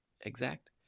exact